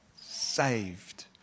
saved